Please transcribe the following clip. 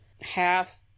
half